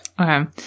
Okay